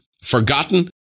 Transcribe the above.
forgotten